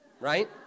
right